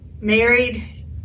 married